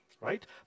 right